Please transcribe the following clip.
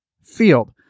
field